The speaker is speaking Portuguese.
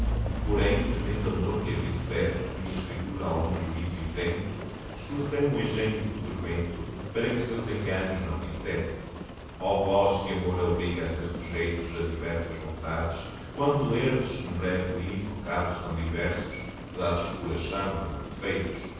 escrevesse porém temendo amor que aviso desse minha escritura a algum juízo isento escureceu me o engenho co tormento para que seus enganos não dissesse ó vós que amor obriga a ser sujeitos a diversas vontades quando lerdes num breve livro casos tão diversos verdades puras são e não defeitos